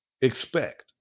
expect